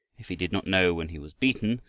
if he did not know when he was beaten,